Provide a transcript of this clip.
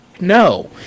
No